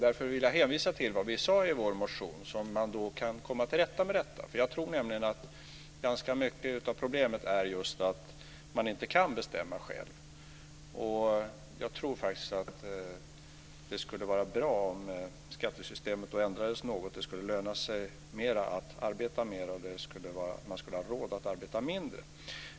Därför vill jag hänvisa till vad vi sade i vår motion om hur man kan komma till rätta med detta. Jag tror nämligen att ganska mycket av problemet är just att man inte kan bestämma själv. Jag tror att det skulle vara bra om skattesystemet ändrades något så att det skulle löna sig mera att arbeta mera och så att man skulle ha råd att arbeta mindre.